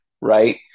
right